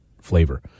flavor